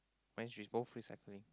mine is both way sideway